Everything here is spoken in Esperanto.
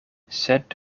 sed